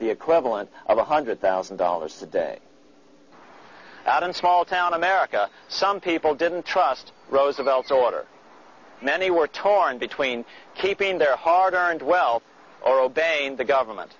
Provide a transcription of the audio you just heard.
the equivalent of one hundred thousand dollars today out in small town america some people didn't trust roosevelt's order many were torn between keeping their hard earned wealth or obeying the government